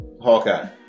Hawkeye